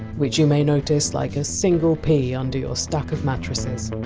which you may notice like a single pea under your stack of mattresses